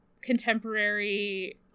contemporary